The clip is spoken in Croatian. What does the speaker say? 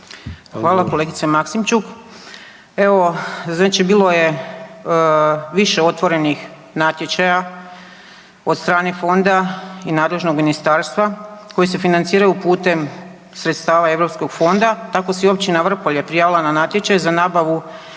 Ankica (HDZ)** Evo, znači bilo je više otvorenih natječaja od strane fonda i nadležnog ministarstva koji se financiraju putem sredstava Europskog fonda tako se i općina Vrpolje prijavila na natječaj za nabavu